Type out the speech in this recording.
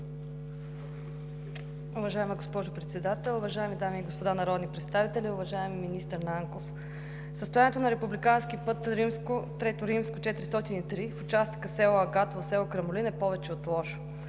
Уважаема госпожо Председател, уважаеми дами и господа народни представители! Уважаеми министър Нанков, състоянието на републикански път III-403 в участъка от Село Агатово – село Крамолин е повече от лошо.